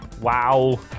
Wow